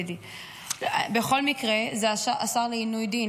בכל מקרה, זה השר לעינוי דין.